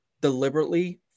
deliberately